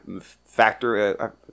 factor